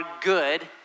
good